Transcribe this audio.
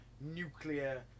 nuclear